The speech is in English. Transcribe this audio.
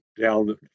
down